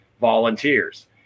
volunteers